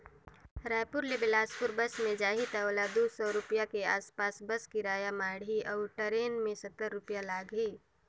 रायपुर ले बेलासपुर बस मे जाही त ओला दू सौ रूपिया के आस पास बस किराया माढ़ही अऊ टरेन मे सत्तर रूपिया लागही